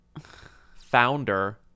founder